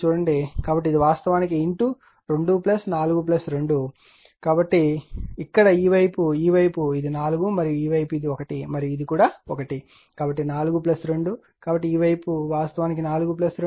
కాబట్టి ఇది వాస్తవానికి 2 4 2 ఇక్కడ ఈ వైపు ఈ వైపు ఇది 4 మరియు ఈ వైపు ఇది 1 మరియు ఇది కూడా 1 కాబట్టి 4 2 కాబట్టి ఈ వైపు వాస్తవానికి 4 2